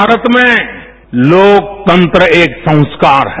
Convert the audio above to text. भारत में लोकतंत्र एक संस्कार है